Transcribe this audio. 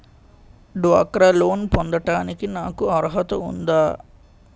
డ్వాక్రా లోన్ పొందటానికి నాకు అర్హత ఉందా?